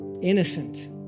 innocent